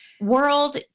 world